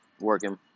working